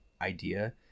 idea